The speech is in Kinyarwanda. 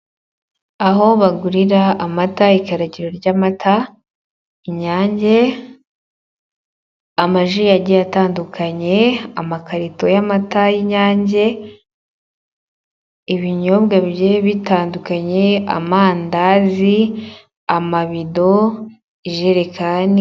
Aho bagurira amata ikaragiro ry'amata inyange, amaji ayagiye atandukanye amakarito y'amata y'inyange ibinyobwa bye bitandukanye amandazi amabido ijerekani.